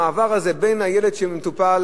המעבר הזה בין הילד שמטופל,